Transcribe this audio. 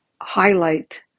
highlight